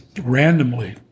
randomly